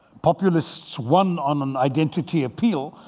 populist won on an identity appeal.